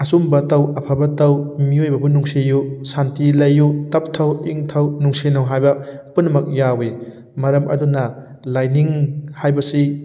ꯑꯆꯨꯝꯕ ꯇꯧ ꯑꯐꯕ ꯇꯧ ꯃꯤꯑꯣꯏꯕꯕꯨ ꯅꯨꯡꯁꯤꯌꯨ ꯁꯥꯟꯇꯤ ꯂꯩꯌꯨ ꯇꯞꯊꯧ ꯏꯪꯊꯧ ꯅꯨꯡꯁꯤꯅꯧ ꯍꯥꯏꯕ ꯄꯨꯝꯅꯃꯛ ꯌꯥꯎꯋꯤ ꯃꯔꯝ ꯑꯗꯨꯅ ꯂꯥꯏꯅꯤꯡ ꯍꯥꯏꯕꯁꯤ